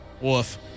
Woof